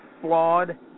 flawed